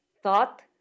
thought